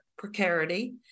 precarity